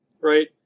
right